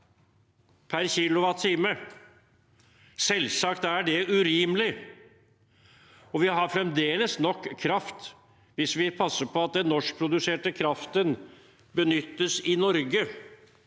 Selvsagt er det urimelig. Vi har fremdeles nok kraft, hvis vi passer på at den norskproduserte kraften benyttes i Norge.